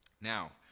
Now